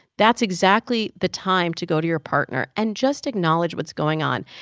that's exactly the time to go to your partner and just acknowledge what's going on.